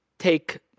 take